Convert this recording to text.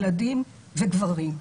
ילדים וגברים.